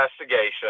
investigation